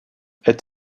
est